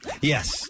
Yes